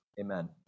amen